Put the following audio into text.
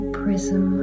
prism